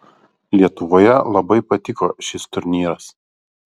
lietuvoje labai patiko šis turnyras